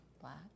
black